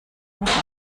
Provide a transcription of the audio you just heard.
noch